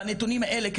בנתונים האלה,